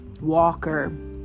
Walker